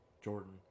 Jordan